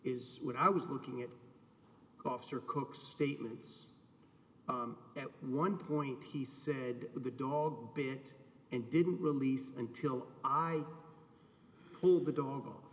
is what i was working at officer cook statements at one point he said the dog bit and didn't release until i pulled the dog